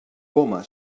coma